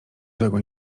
złego